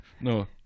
No